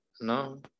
no